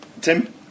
Tim